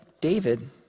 David